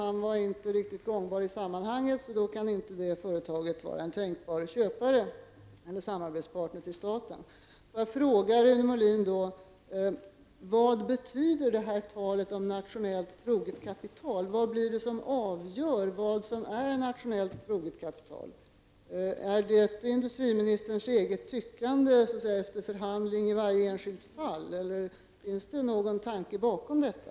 Han var inte riktigt gångbar i sammanhanget, så därför kunde inte det företaget vara en tänkbar samarbetspartner till staten, osv. Får jag då fråga Rune Molin: Vad betyder talet om nationellt troget kapital? Vad är det som avgör vad som är nationellt troget kapital -- är det industriministerns eget tyckande efter förhandling i varje enskilt fall, eller finns det någon tanke bakom detta?